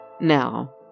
Now